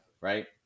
Right